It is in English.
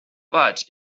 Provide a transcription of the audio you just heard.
but